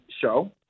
show